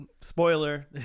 spoiler